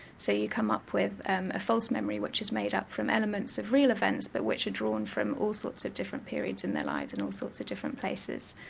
so you come up with a false memory which is made up from elements of real events, but which are drawn from all sorts of different periods in their lives in all sorts of different places.